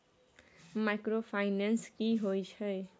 Microfinance की होय छै?